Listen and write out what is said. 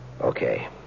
Okay